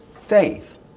faith